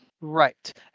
Right